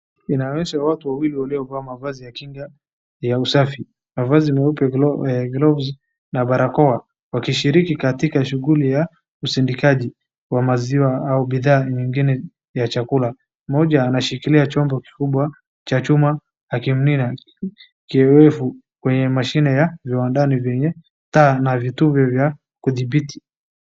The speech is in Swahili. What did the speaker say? Inaonyesha watu wawili waliovaa mavazi ya kinga ya usafi, mavazi meupe, glovu na barakoa wakishiriki katika shughuli ya usindikaji wa maziwa au bidhaa nyingine za chakula, mmoja anashikilia chombo kikubwa cha chuma akimimina kiyowevu kwenye mashini ya viwandani vyenye taa na vitubi vya kuthibiti.